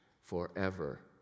forever